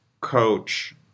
coach